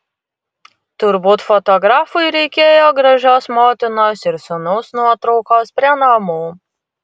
turbūt fotografui reikėjo gražios motinos ir sūnaus nuotraukos prie namų